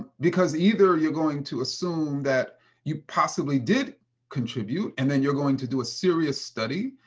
because either you're going to assume that you possibly did contribute and then you're going to do a serious study,